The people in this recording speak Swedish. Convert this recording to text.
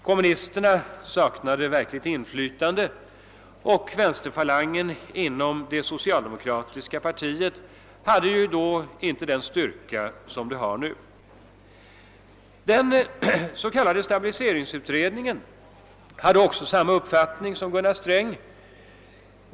Kommunisterna saknade verkligt inflytande, och vänsterfalangen inom det socialdemokratiska partiet hade inte den styrka som den har nu. Den s.k. stabiliseringsutredningen hade också samma uppfattning som Gunnar Sträng.